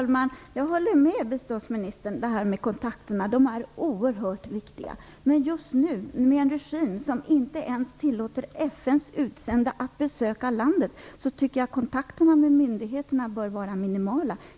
Fru talman! Jag håller med biståndsministern om detta med kontakterna. De är oerhört viktiga. Men just nu, med en regim som inte ens tillåter FN:s utsända att besöka landet, tycker jag att kontakterna med myndigheterna bör vara minimala.